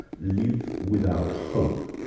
live without hope.